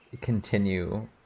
continue